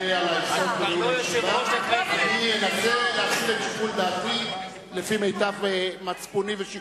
אני אנסה להפעיל את שיקול דעתי לפי מיטב מצפוני.